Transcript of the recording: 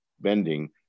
bending